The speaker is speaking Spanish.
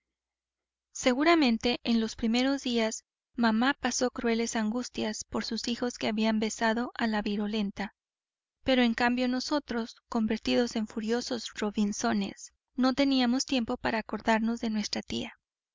seguramente en los primeros días mamá pasó crueles angustias por sus hijos que habían besado a la virolenta pero en cambio nosotros convertidos en furiosos robinsones no teníamos tiempo para acordarnos de nuestra tía